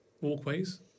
walkways